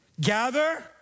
Gather